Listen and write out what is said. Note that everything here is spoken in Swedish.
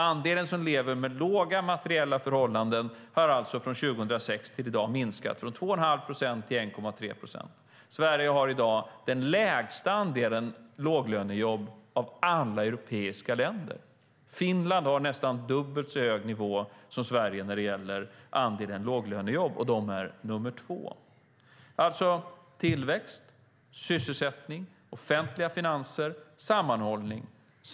Andelen som lever med låga materiella förhållanden har från 2006 till i dag minskat från 2 1⁄2 procent till 1,3 procent. Sverige har i dag den lägsta andelen låglönejobb av alla europeiska länder. Finland har nästan dubbelt så hög nivå som Sverige när det gäller andelen låglönejobb, och Finland är nr 2. Alltså: tillväxt, sysselsättning, offentliga finanser och sammanhållning.